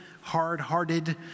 hard-hearted